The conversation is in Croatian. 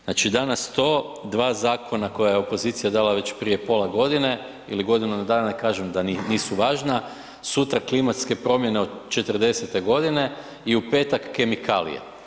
Znači, danas to, dva zakona koja je opozicija dala već prije pola godine ili godinu dana, ne kažem da nisu važna, sutra klimatske promjene od 40-te godine i u petak kemikalije.